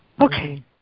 Okay